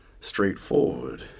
straightforward